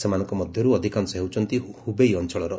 ସେମାନଙ୍କ ମଧ୍ୟରୁ ଅଧିକାଂଶ ହେଉଛନ୍ତି ହୁବେଇ ଅଞ୍ଚଳର